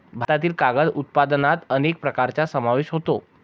भारतातील कागद उत्पादनात अनेक प्रकारांचा समावेश होतो